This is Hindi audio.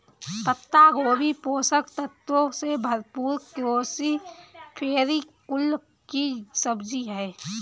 पत्ता गोभी पोषक तत्वों से भरपूर क्रूसीफेरी कुल की सब्जी है